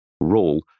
role